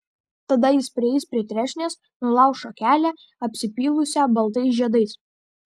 tada jis prieis prie trešnės nulauš šakelę apsipylusią baltais žiedais